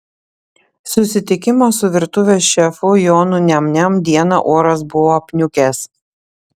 susitikimo su virtuvės šefu jonu niam niam dieną oras buvo apniukęs